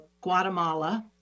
Guatemala